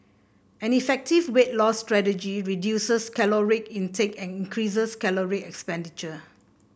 an effective weight loss strategy reduces caloric intake and increases caloric expenditure